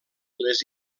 les